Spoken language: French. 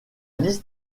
liste